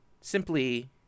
simply